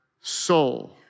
soul